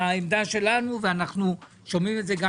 זאת העמדה שלנו ואנחנו שומעים את זה גם